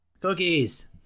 cookies